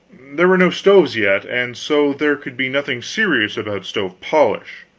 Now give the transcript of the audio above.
there were no stoves yet, and so there could be nothing serious about stove-polish.